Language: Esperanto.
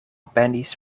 penis